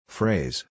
Phrase